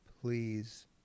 please